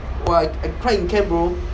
!wah! I cried in camp bro